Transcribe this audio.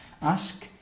ask